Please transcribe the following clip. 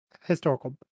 historical